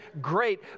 Great